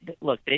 look